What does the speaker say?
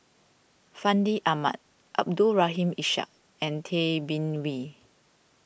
Fandi Ahmad Abdul Rahim Ishak and Tay Bin Wee